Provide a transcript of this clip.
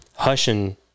Hushin